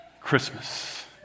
Christmas